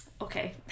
Okay